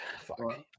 fuck